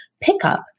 pickup